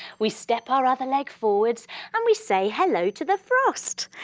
we step our other leg forward and we say hello to the frost.